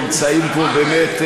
באמת,